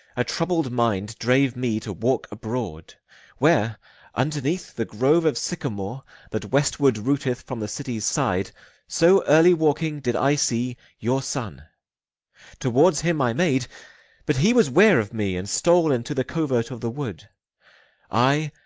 a troubled mind drave me to walk abroad where underneath the grove of sycamore that westward rooteth from the city's side so early walking did i see your son towards him i made but he was ware of me, and stole into the covert of the wood i,